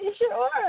sure